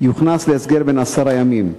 יוכנס להסגר בן עשרה ימים.